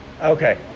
Okay